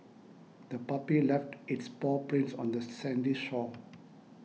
the puppy left its paw prints on the sandy shore